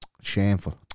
shameful